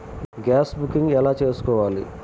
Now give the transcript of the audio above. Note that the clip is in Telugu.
గ్యాస్ బుకింగ్ ఎలా చేసుకోవాలి?